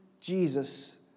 Jesus